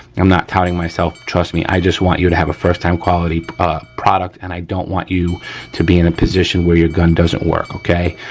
i'm not counting myself, trust me, i just want you to have a first time quality product and i don't want you to be in a position where your gun doesn't work, okay.